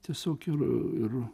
tiesiog ir